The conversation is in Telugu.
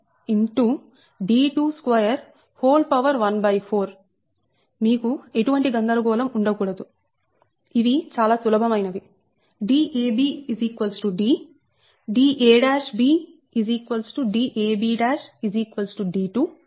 d2214 మీకు ఎటువంటి గందరగోళం ఉండకూడదు ఇవి చాలా సులభమైనవి dab D dab dab d2 మరియు dab D